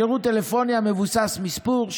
שירות טלפוניה מבוסס מספור,